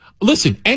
Listen